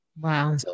Wow